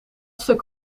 stuk